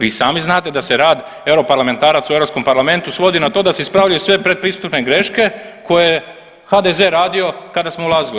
Vi i sami znate da se rad europarlamentaraca u Europskom parlamentu svodi na to da se ispravljaju sve predpristupne greške koje je HDZ radio kada smo ulazili u EU.